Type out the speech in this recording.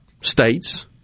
states